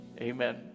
amen